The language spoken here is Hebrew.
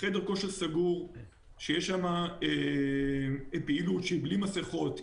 חדר כושר סגור שיש בו פעילות שהיא בלי מסיכות,